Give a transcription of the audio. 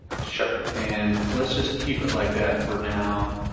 sure. and let's just keep it like that for now.